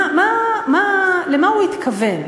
מה, למה הוא התכוון?